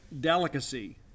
delicacy